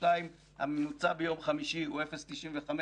1.2. הממוצע ביום חמישי הוא 0.95,